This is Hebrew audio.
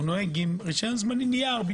נוהג עם רשיון זמני נייר.